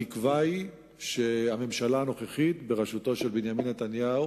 התקווה היא שהממשלה הנוכחית בראשותו של בנימין נתניהו